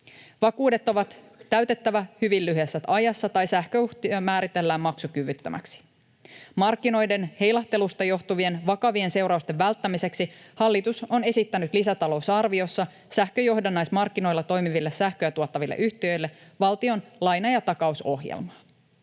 Vakuudet on täytettävä hyvin lyhyessä ajassa, tai sähköyhtiö määritellään maksukyvyttömäksi. Markkinoiden heilahteluista johtuvien vakavien seurausten välttämiseksi hallitus on esittänyt lisätalousarviossa sähkön johdannaismarkkinoilla toimiville sähköä tuottaville yhtiöille valtion laina- ja takausohjelmaa.